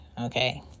okay